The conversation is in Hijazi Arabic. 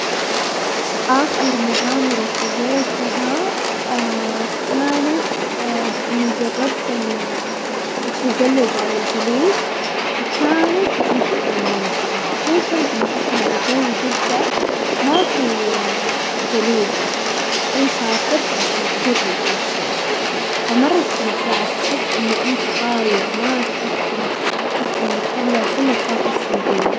اخر مغامرة سويتها كانت اني جربت التزلج على الجليد، وكانت جدا ممتعة خصوصا انه احنا بجو جدة ما في جليد، فانا سافرت عشان اجرب ذا الشي، فمرة استمتعت تحس انه انت طاير ما تحس بنفسك وتحس انه تطلع كل الطاقة السلبية.